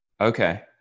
Okay